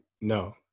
No